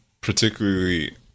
particularly